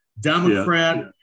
Democrat